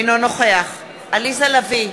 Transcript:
אינו נוכח עליזה לביא,